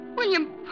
William